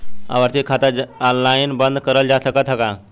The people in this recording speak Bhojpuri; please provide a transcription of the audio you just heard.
आवर्ती खाता ऑनलाइन बन्द करल जा सकत ह का?